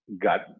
got